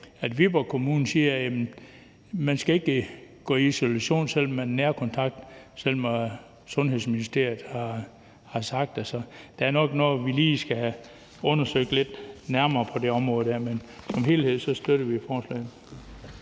at Viborg Kommune siger, at man ikke skal gå i isolation, selv om man er nærkontakt, som Sundhedsministeriet ellers har sagt. Så der er nok noget, vi lige skal have undersøgt nærmere på det område, men som helhed støtter vi forslaget.